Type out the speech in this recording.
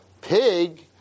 pig